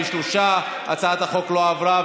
43. הצעת החוק לא עברה,